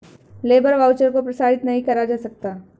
labour voucher को प्रसारित नहीं करा जा सकता